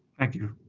thank you.